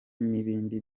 n’ibindi